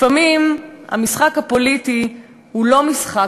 לפעמים המשחק הפוליטי הוא לא משחק,